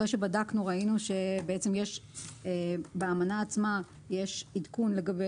אחרי שבדקנו ראינו שבעצם יש באמנה עצמה עדכון לגבי